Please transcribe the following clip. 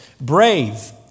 Brave